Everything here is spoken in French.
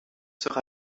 sera